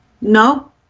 No